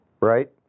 Right